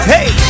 Hey